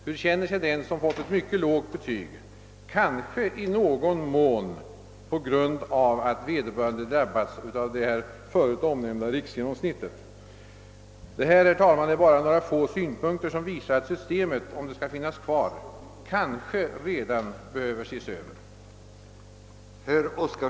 Hur känner sig den, som fått ett mycket lågt betyg — kanske i någon mån på grund av att vederbörande drabbats av det förut omnämnda riksgenomsnittet? Detta, herr talman, är bara några få synpunkter, som visar att systemet — om det skall finnas kvar — kanske redan behöver ses över.